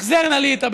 החזר נא לי את הבכורה,